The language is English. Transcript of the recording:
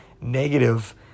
negative